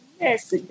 Yes